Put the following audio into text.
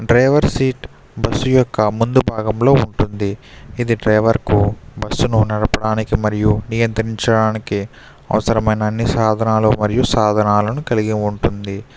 driver seat bus యొక్క ముందు భాగంలో ఉంటుంది ఇది డ్రైవర్ కి బస్సులు నడపడానికి మరియు నియంత్రించడానికి అవసరమైన అన్ని సాధనాలు మరియు సాధనాలను కలిగి ఉంటుంది